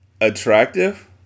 Attractive